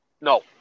No